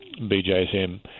BJSM